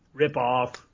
ripoff